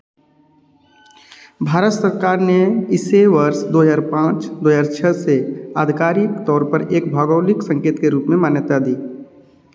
भारत सरकार ने इसे वर्ष दो हज़ार पाँच दो हज़ार छः से आधिकारिक तौर पर एक भौगोलिक संकेत के रूप में मान्यता दी